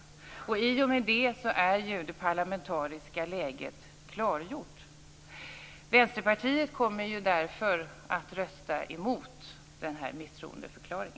I och med det är ju det parlamentariska läget klargjort. Vänsterpartiet kommer därför att rösta emot en misstroendeförklaring.